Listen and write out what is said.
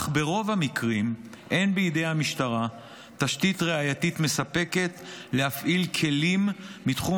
אך ברוב המקרים אין בידי המשטרה תשתית ראייתית מספקת להפעיל כלים מתחום